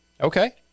Okay